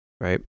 right